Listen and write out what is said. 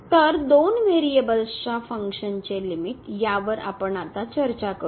तर दोन व्हेरिएबल्सच्या फंक्शन चे लिमिट यावर आपण आता चर्चा करू